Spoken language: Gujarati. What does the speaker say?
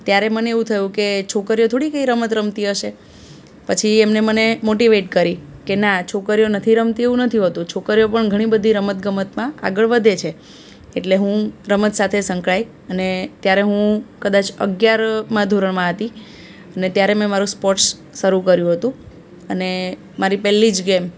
ત્યારે મને એવું થયું કે છોકરીઓ થોડી કંઇ રમત રમતી હશે પછી એમણે મને મોટિવેટ કરી કે ના છોકરીઓ નથી રમતી એવું નથી હોતું છોકરીઓ પણ ઘણીબધી રમત ગમતમાં આગળ વધે છે એટલે હું રમત સાથે સંકળાઈ અને ત્યારે હું કદાચ અગિયારરમા ધોરણમાં હતી ને ત્યારે મેં મારું સ્પોટ્સ શરૂ કર્યું હતું અને મારી પહેલી જ ગેમ